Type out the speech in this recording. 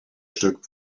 stück